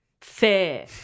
Fair